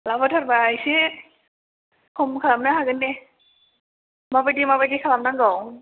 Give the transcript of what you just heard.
लाबोथारबा एसे खम खालामनो हागोन दे माबायदि माबायदि खालामनांगौ